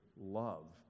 love